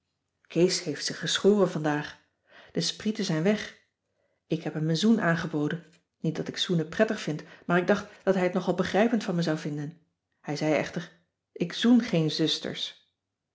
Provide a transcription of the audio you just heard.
kees heeft zich geschoren vandaag de sprieten zijn weg ik heb hem een zoen aangeboden niet dat ik zoenen prettig vind maar ik dacht dat hij het nogal begrijpend van me zou vinden hij zei echter ik zoen geen zusters